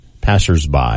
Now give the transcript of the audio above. passersby